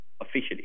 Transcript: officially